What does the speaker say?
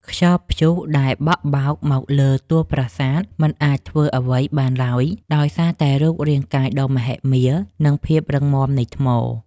ខ្យល់ព្យុះដែលបក់បោកមកលើតួប្រាសាទមិនអាចធ្វើអ្វីបានឡើយដោយសារតែរូបរាងកាយដ៏មហិមា និង ភាពរឹងមាំនៃថ្ម។